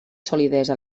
solidesa